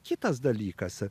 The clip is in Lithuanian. kitas dalykas